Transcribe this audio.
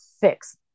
fix